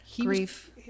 grief